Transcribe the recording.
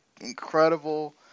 incredible